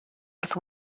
wrth